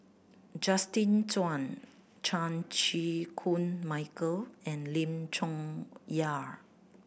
Justin Zhuang Chan Chew Koon Michael and Lim Chong Yah